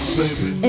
baby